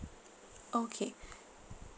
okay